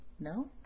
No